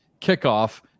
kickoff